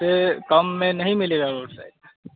उससे कम में नहीं मिलेगा रोड साइड में